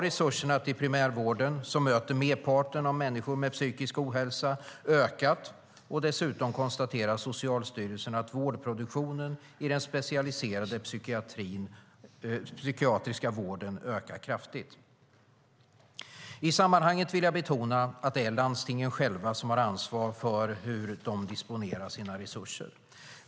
Resurserna till primärvården, som möter merparten av människor med psykisk ohälsa, har ökat. Dessutom konstaterar Socialstyrelsen att vårdproduktionen i den specialiserade psykiatriska vården ökar kraftigt. I sammanhanget vill jag betona att det är landstingen själva som har ansvar för hur de disponerar sina resurser.